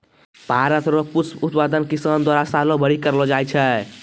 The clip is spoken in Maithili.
भारत रो पुष्प उत्पादन किसान द्वारा सालो भरी करलो जाय छै